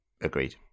agreed